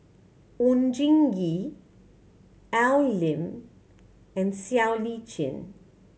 Oon Jin Gee Al Lim and Siow Lee Chin